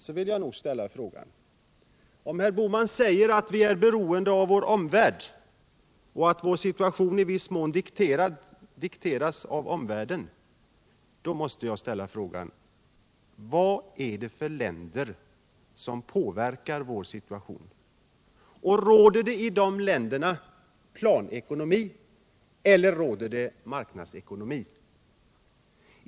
Om herr Bohman säger att vi = politiken m.m. är beroende av vår omvärld och att vår situation i viss mån dikteras av omvärlden, måste jag fråga: Vad är det för länder som påverkar vår situation, och råder det i dessa länder planekonomi eller marknadsekonomi?